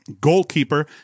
Goalkeeper